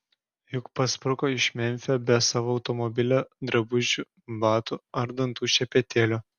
juk paspruko iš memfio be savo automobilio drabužių batų ar dantų šepetėlio